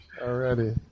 already